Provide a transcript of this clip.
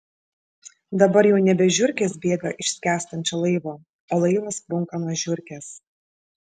dabar jau nebe žiurkės bėga iš skęstančio laivo o laivas sprunka nuo žiurkės